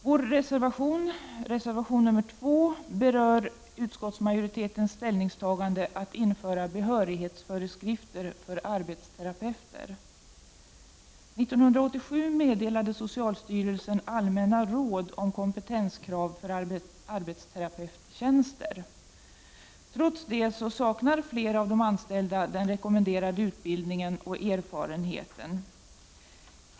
Vår reservation nr 2 berör utskottsmajoritetens ställningstagande att införa behörighetsföreskrifter för arbetsterapeuter. 1987 meddelade socialstyrelsen allmänna råd om kompetenskrav för arbetsterapeuttjänster. Trots detta saknar flera av de anställda den rekommenderade utbildningen och erfarenheten.